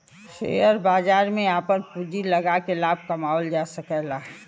share बाजार में आपन पूँजी लगाके लाभ कमावल जा सकला